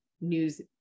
news